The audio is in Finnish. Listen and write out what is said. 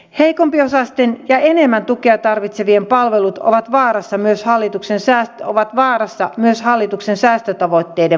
heikompiosaisten ja enemmän tukea tarvitsevien palvelut ovat vaarassa myös hallituksen säästöt ovat määrästä myös hallituksen säästötavoitteiden vuoksi